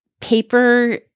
paper